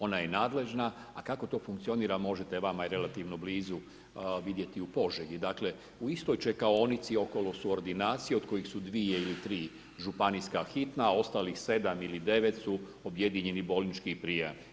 Ona je nadležna a kako to funkcionira, možete, vama je relativno blizu vidjeti u Požegi, dakle, u istoj čekaonici okolo su ordinacije od kojih su dvije ili tri županijska hitna a ostalih 7 ili 9 su objedinjeni bolnički prijemi.